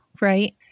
right